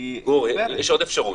יש עוד אפשרות,